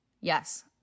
Yes